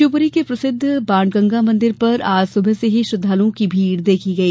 शिवपुरी के प्रसिद्ध बाणगंगा मंदिर पर आज सुबह से ही श्रद्दालुओं की भीड़ देखी गई